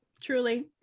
truly